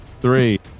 three